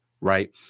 Right